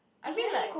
I mean like